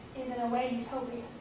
in a way utopian,